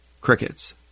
crickets